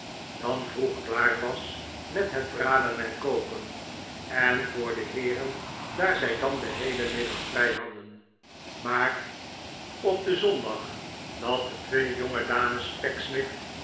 dan vroeg klaar was met braden en koken en voor de heeren daar zij dan den heelen middag vrij hadden maar op den zondag dat de twee jongedames